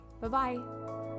Bye-bye